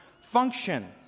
function